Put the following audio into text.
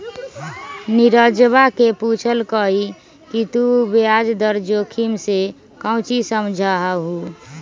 नीरजवा ने पूछल कई कि तू ब्याज दर जोखिम से काउची समझा हुँ?